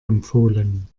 empfohlen